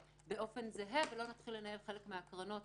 באופן זהה ולא נתחיל לנהל חלק מהקרנות